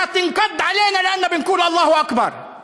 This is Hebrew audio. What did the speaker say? האם הם יעוטו עלינו בגלל שאנו אומרים "אללהו אכבר"?)